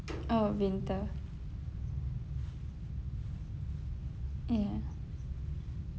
oh winter ya